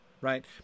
right